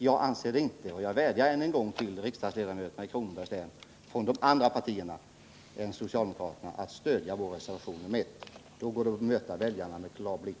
Jag anser det inte. Jag vädjar därför än en gång till riksdagsledamöterna i Kronobergs län från de andra partierna än det socialdemokratiska att stödja vår reservation nr 1. Då går det att möta väljarna hemma med klar blick.